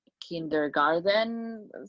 kindergarten